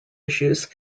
issues